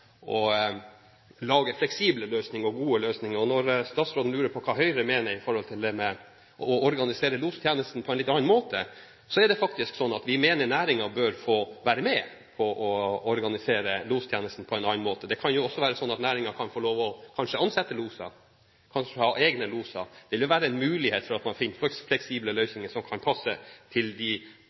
å lage fleksible og gode løsninger. Når statsråden lurer på hva Høyre mener med å organisere lostjenesten på en litt annen måte, er det faktisk slik at vi mener næringen bør få være med på å organisere lostjenesten på en annen måte. Det kan også være sånn at næringen kanskje kan få lov til å ansette loser, kanskje ha egne loser. Det vil være mulig å finne fleksible løsninger som kan passe til den typen fart og til de